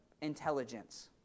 intelligence